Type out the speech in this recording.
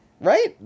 Right